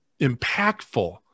impactful